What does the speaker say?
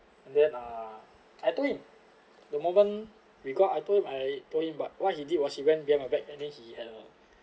and then uh I told him the moment we got I told I told him but what he did was he went behind my back and then he uh